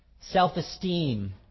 self-esteem